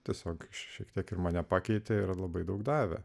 tiesiog šiek tiek ir mane pakeitė ir labai daug davė